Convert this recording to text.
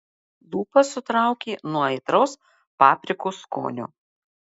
lūpas sutraukė nuo aitraus paprikos skonio